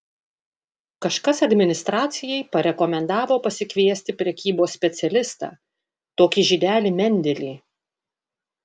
kažkas administracijai parekomendavo pasikviesti prekybos specialistą tokį žydelį mendelį